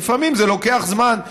ולפעמים זה לוקח זמן.